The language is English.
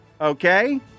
okay